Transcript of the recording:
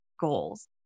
goals